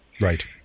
Right